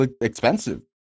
expensive